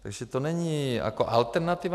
Takže to není jako alternativa.